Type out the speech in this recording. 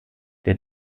der